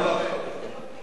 לא צריך להתערב.